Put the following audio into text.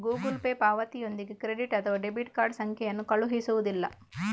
Google Pay ಪಾವತಿಯೊಂದಿಗೆ credit ಅಥವಾ debit card ಸಂಖ್ಯೆಯನ್ನು ಕಳುಹಿಸುವುದಿಲ್ಲ